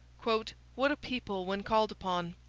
what a people, when called upon!